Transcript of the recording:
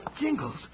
Jingles